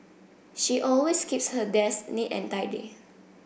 she always keeps her desk neat and tidy